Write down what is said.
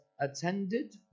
attended